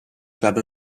club